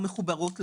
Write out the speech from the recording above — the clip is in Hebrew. מקובל.